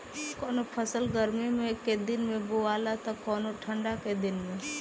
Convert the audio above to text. कवनो फसल गर्मी के दिन में बोआला त कवनो ठंडा के दिन में